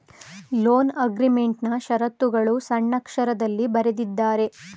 loan ಅಗ್ರೀಮೆಂಟ್ನಾ ಶರತ್ತುಗಳು ಸಣ್ಣಕ್ಷರದಲ್ಲಿ ಬರೆದಿದ್ದಾರೆ